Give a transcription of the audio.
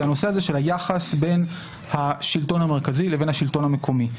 זה הנושא של היחס בין השלטון המרכזי לבין השלטון המקומי.